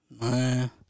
Man